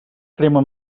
crema